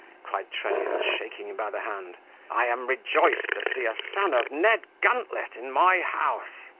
cried trunnion, shaking him by the hand i am rejoiced to see a son of ned guntlet in my house.